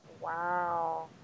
Wow